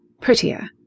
prettier